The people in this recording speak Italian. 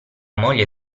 moglie